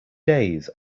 days